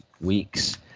weeks